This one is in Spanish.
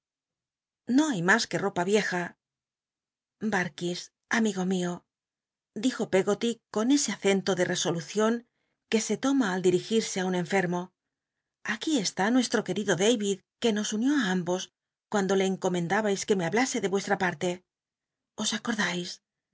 no hay mas que ropa vieja darkis amigo mio dijo pcggoty con ese acento de rc olucion c uc se toma al dirigirse i un enfermo aquí está nuestro c ucido david que nos unió á ambos cuando le encomendabais que me hablase de rucstra parle